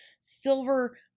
silver